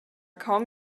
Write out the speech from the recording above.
kaum